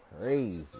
crazy